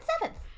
seventh